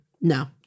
no